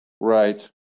Right